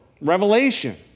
Revelation